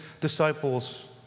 disciples